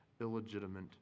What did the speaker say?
illegitimate